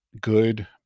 good